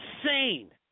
insane